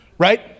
right